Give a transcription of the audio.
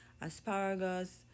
asparagus